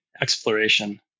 exploration